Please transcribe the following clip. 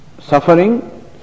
suffering